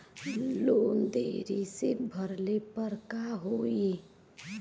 Loan देरी से भरले पर का होई?